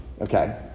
Okay